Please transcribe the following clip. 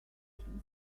kingston